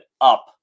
up